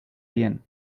bien